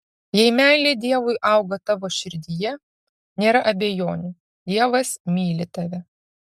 jei meilė dievui auga tavo širdyje nėra abejonių dievas myli tave